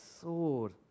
sword